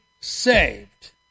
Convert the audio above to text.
saved